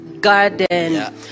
garden